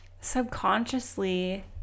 subconsciously